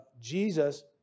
Jesus